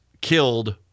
killed